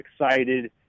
excited